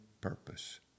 purpose